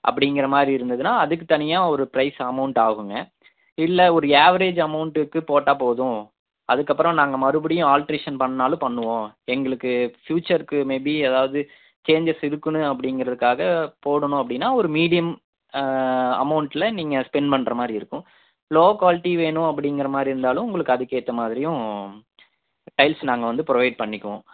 அப்படிங்கிற மாதிரி இருந்துதுன்னா அதுக்கு தனியாக ஒரு பிரைஸ் அமௌண்ட் ஆகும்ங்க இல்லை ஒரு ஆவரேஜ் அமௌண்ட் இதுக்கு போட்டால் போதும் அதுக்கப்புறம் நாங்கள் மறுபடியும் ஆல்ட்ரேசன் பண்ணாலும் பண்ணுவோம் எங்களுக்கு ஃபியூச்சர்க்கு மேபி எதாவது சேஞ்சஸ் இருக்குன்னு அப்படிங்கிறதுக்காக போடணும் அப்படின்னா ஒரு மீடியம் அமௌண்ட்டில் நீங்கள் ஸ்பென்ட் பண்ணுறா மாதிரி இருக்கும் லோ குவாலிட்டி வேணும் அப்படிங்கிற மாதிரி இருந்தாலும் உங்களுக்கு அதுக்கேற்ற மாதிரியும் டைல்ஸ் நாங்கள் வந்து புரொவைட் பண்ணிக்குவோம்